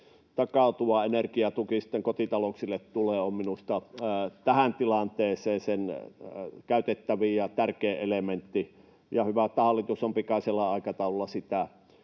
tämä takautuva energiatuki sitten kotitalouksille tulee, on minusta tähän tilanteeseen se käytettävin ja tärkein elementti, ja hyvä, että hallitus on pikaisella aikataululla sitä